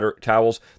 towels